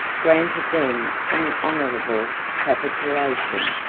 granted them an honorable capitulation,